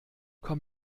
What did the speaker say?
komm